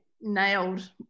nailed